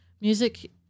music